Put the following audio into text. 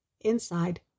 Inside